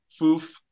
foof